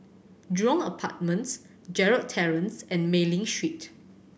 Jurong Apartments Gerald Terrace and Mei Ling Street